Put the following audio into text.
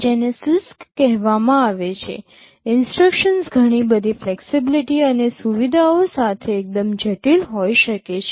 જેને CISC કહેવામાં આવે છે ઇન્સટ્રક્શન ઘણી બધી ફ્લેક્સિબિલિટીસ અને સુવિધાઓ સાથે એકદમ જટિલ હોઈ શકે છે